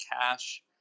cash